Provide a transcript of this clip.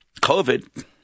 COVID